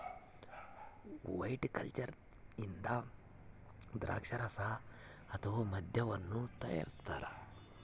viticulture ಇಂದ ದ್ರಾಕ್ಷಾರಸ ಅಥವಾ ಮದ್ಯವನ್ನು ತಯಾರಿಸ್ತಾರ